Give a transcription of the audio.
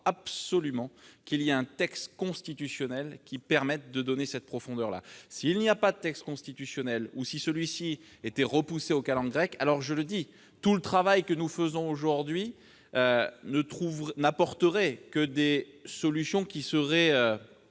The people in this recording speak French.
absolument qu'un texte constitutionnel nous permette de donner cette profondeur. S'il n'y a pas de texte constitutionnel, ou si celui-ci était repoussé aux calendes grecques, je vous le dis, tout le travail que nous faisons aujourd'hui n'apporterait que des solutions s'apparentant